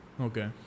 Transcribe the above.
Okay